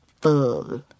full